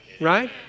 right